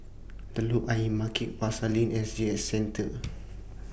Telok Ayer Market Pasar Lane S G S Centre